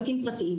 פרטיים.